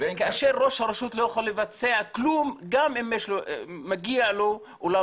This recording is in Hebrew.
כאשר ראש הרשות לא יכול לבצע כלום גם אם מגיע לו אולם